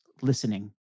listening